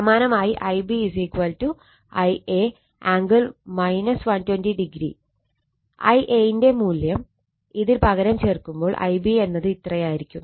സമാനമായി Ib Ia angle 120o Iaന്റെ മൂല്യം ഇതിൽ പകരം ചേർക്കുമ്പോൾ Ib എന്നത് ഇത്രയായിരിക്കും